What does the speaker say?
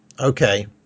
Okay